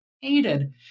Hated